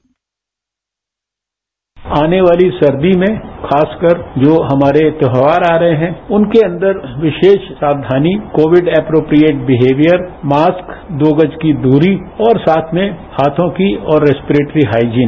bite आने वाली सर्दी में खासकर जो हमारे त्यौहार आ रहे हैं उनके अंदर विशेष सावधानी कोविड एप्रोपियट बिहेवियर मास्क दो गज की दूरी और साथ में हाथों की और रेस्पेरेट्री हाईजीन